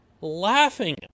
laughing